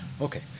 Okay